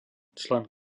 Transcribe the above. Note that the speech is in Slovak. člen